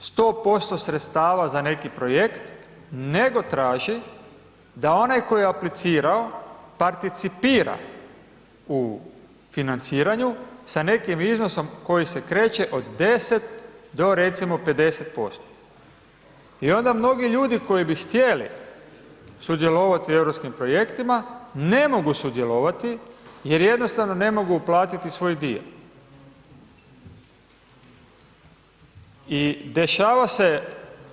100% sredstava za neki projekt, nego traži da onaj koji je aplicirao, participira u financiranju sa nekim iznosom koji se kreće od 10 do recimo 50% i onda mnogi ljudi koji bi htjeli sudjelovati u Europskim projektima, ne mogu sudjelovati jer jednostavno ne mogu uplatiti svoj dio i dešava se